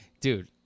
Dude